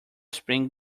spring